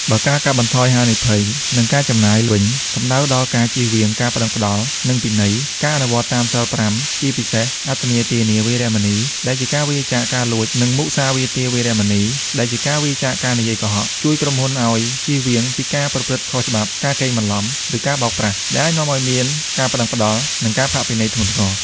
បើការកាត់បន្ថយហានិភ័យ និងការចំណាយវិញ សំដៅដល់ ការជៀសវាងការប្ដឹងផ្ដល់ និងពិន័យ: ការអនុវត្តតាមសីល៥ ជាពិសេស អទិន្នាទានា វេរមណី ដែលជាការវៀរចាកការលួច និង មុសាវាទា វេរមណី ដែលជាការវៀរចាកការនិយាយកុហក ជួយក្រុមហ៊ុនឱ្យ ជៀសវាងពីការប្រព្រឹត្តខុសច្បាប់ ការកេងបន្លំ ឬការបោកប្រាស់ ដែលអាចនាំឱ្យមាន ការប្ដឹងផ្ដល់ និងការផាកពិន័យ ធ្ងន់ធ្ងរ។